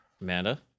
Amanda